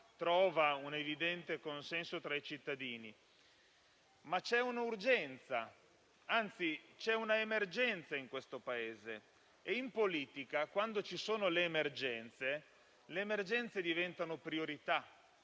trova un evidente consenso tra i cittadini. Ma c'è un'urgenza, anzi un'emergenza in questo Paese. In politica, quando ci sono le emergenze, queste diventano priorità